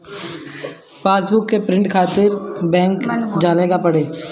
passbook के print करवावे खातिर बैंक जाए के पड़ेला